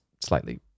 slightly